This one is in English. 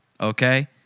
okay